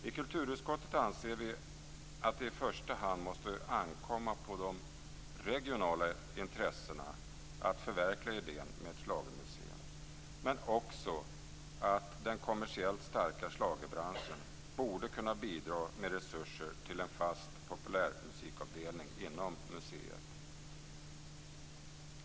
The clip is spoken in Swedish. I kulturutskottet anser vi att det i första hand måste ankomma på de regionala intressenterna att förverkliga idén med ett schlagermuseum men också att den kommersiellt starka schlagerbranschen borde kunna bidra med resurser till en fast populärmusikavdelning inom museet.